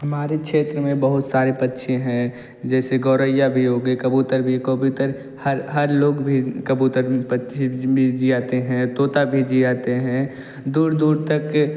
हमारे क्षेत्र में बहुत सारे पक्षी हैं जैसे गौरैया भी हो गई कबूतर भी कबूतर हर हर लोग भी कबूतर आते हैं तोता भीधी आते हैं दूर दूर तक